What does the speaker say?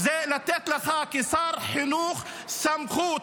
לתת לך כשר חינוך סמכות